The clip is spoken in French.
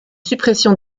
suppression